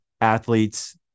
athletes